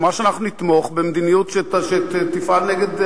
היא אמרה שאנחנו נתמוך במדיניות שתפעל נגד ה"חמאס"